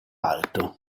alto